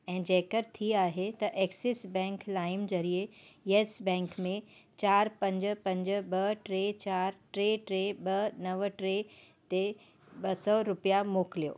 ऐं जेकर थी आहे त एक्सिस बैंक लाइम ज़रिये येस बैंक में चार पंज पंज ॿ टे चार टे टे ॿ नव टे ते ॿ सौ रुपया मोकिलियो